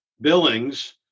Billings